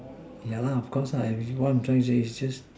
yeah lah of course everyone joins it is just